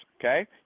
Okay